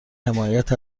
حمایت